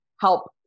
help